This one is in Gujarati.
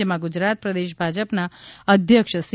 જેમાં ગુજરાત પ્રદેશ ભાજપના અધ્યક્ષ સી